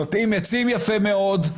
נוטעים עצים יפה מאוד,